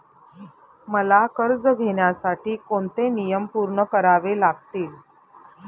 मला कर्ज घेण्यासाठी कोणते नियम पूर्ण करावे लागतील?